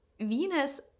venus